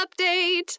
update